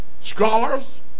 Scholars